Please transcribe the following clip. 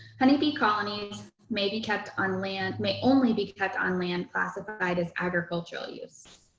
honey bee colonies may be kept on land, may only be kept on land classified as agricultural use.